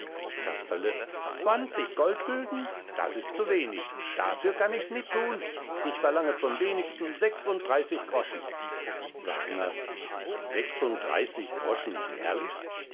casperle zwanzig goldgülden das ist zu wenig dafür kann ichs nit thun ich verlange zum wenigsten sechs und dreißig groschen wagner sechs und dreißig groschen jährlich